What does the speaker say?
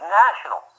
national